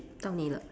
到你了